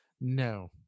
no